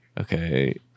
okay